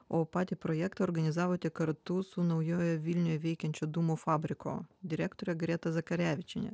o patį projektą organizavote kartu su naujojoje vilnioje veikiančio dūmų fabriko direktore greta zakarevičiene